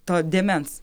to dėmens